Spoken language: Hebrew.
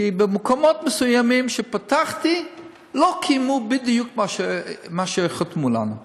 כי במקומות מסוימים שפתחתי לא קיימו בדיוק את מה שחתמו לנו,